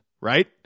right